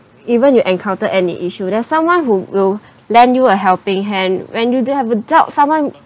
even you encounter any issue there's someone who will lend you a helping hand when you do have a doubt someone